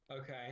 okay